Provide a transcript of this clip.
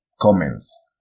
comments